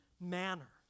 manner